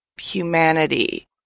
humanity